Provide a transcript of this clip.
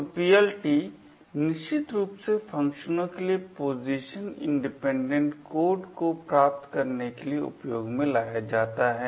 तो PLT निश्चित रूप से फंक्शनों के लिए पोजीशन इंडिपेंडेंट कोड को प्राप्त करने के लिए उपयोग में लाया जाता है